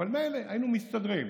אבל מילא, היינו מסתדרים.